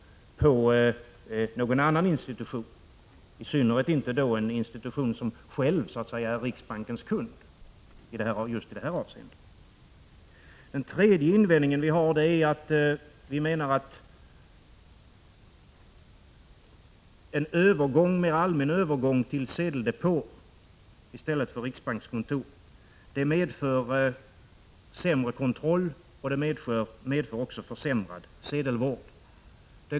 1985/86:141 någon annan institution, i synnerhet inte en institution som själv är 14 maj 1986 riksbankens kund i just det här avseendet. Ta TER MA RES Sedeldepåer för Den tredje invändningen är att en mer allmän övergång till sedeldepåer i isbåskern stället för riksbankskontor enligt vår mening medför sämre kontroll och ag ra SS försämrad sedelvård.